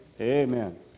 Amen